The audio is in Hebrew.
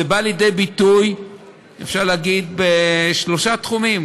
אפשר להגיד שזה בא לידי ביטוי בשלושה תחומים,